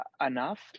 Enough